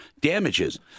damages